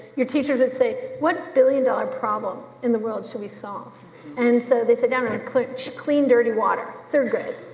your teachers would say, what billion dollar problem in the world shall we solve and so they sit down, and clean clean dirty water, third grade,